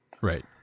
Right